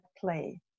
play